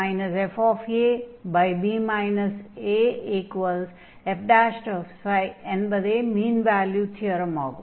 fb fab afξ என்பதே mean value தியரமாகும்